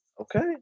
Okay